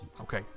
Okay